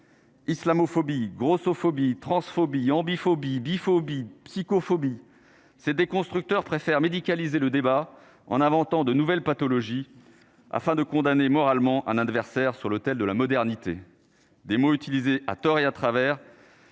Islamophobie grossophobie transphobie en biphobie biphobie, psycho-phobie, c'est des constructeurs préfèrent médicalisé le débat en inventant de nouvelles pathologies afin de condamner moralement un adversaire sur l'autel de la modernité des mots utilisés à tort et à travers.